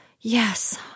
Yes